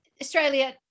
australia